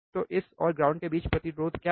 तो इस और ग्राउंड के बीच प्रतिरोध क्या है